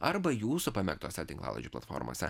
arba jūsų pamėgtose tinklalaidžių platformose